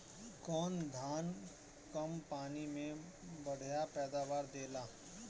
कौन धान कम पानी में बढ़या पैदावार देला?